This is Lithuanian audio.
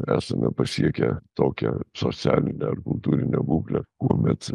esame pasiekę tokią socialinę ar kultūrinę būklę kuomet